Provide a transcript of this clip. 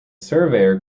surveyor